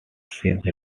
since